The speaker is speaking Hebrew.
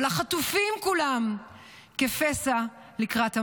אבל החטופים כולם כפסע לקראת המוות.